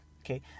okay